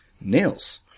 Nails